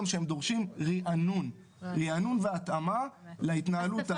שהם דורשים רענון והתאמה להתנהלות.